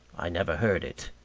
i never heard it.